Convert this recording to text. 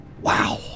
Wow